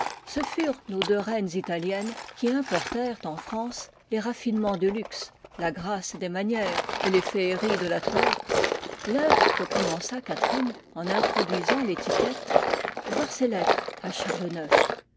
ce furent nos deux reines italiennes qui importèrent en france les raffinements du luxe la grâce des manières et les féeries de la toilette l'œuvre que commença catherine en introduisant l'étiquette voir ses lettres à charles ix